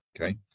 Okay